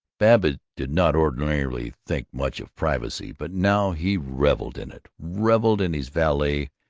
babbitt did not ordinarily think much of privacy, but now he reveled in it, reveled in his valet,